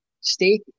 steak